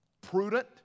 prudent